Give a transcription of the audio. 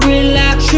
Relax